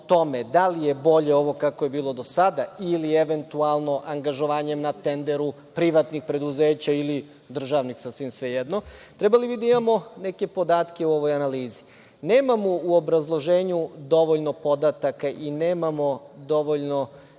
da li je bolje kako je bilo do sada ili eventualno angažovanjem na tenderu privatnih preduzeća ili državnih, sasvim svejedno, trebali bi da imamo neke podatke o ovoj analizi. Nemamo u obrazloženju dovoljno podataka i nemamo dovoljno